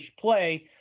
play